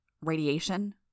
Radiation